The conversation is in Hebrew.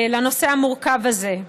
בנושא המורכב הזה.